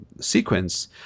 sequence